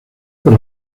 por